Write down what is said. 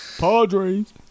Padres